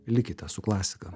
likite su klasika